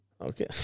Okay